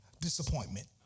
disappointment